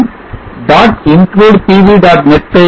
நான் dot include pv